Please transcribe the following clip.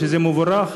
שזה מבורך,